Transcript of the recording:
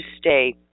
stay